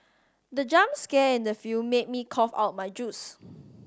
the jump scare in the film made me cough out my juice